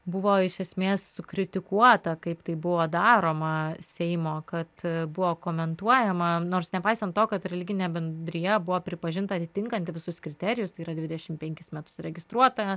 buvo iš esmės sukritikuota kaip tai buvo daroma seimo kad buvo komentuojama nors nepaisant to kad religinė bendrija buvo pripažinta atitinkanti visus kriterijus tai yra dvidešim penkis metus registruota